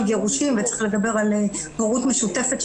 גירושין וצריך לדבר על הורות משותפת,